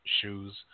Shoes